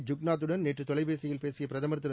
ஐூக்நாத்துடன் நேற்று தொலைபேசியில் பேசிய பிரதமர் திரு